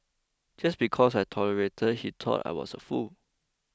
just because I tolerated he thought I was a fool